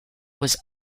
was